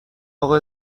اقا